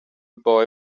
boy